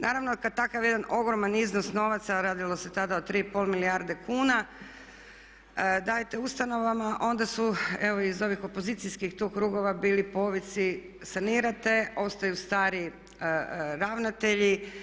Naravno kad takav jedan ogroman iznos novaca, a radilo se tada o tri i pol milijarde kuna dajete ustanovama onda su evo iz ovih opozicijskih tu krugova bili povici sanirate, ostaju stari ravnatelji.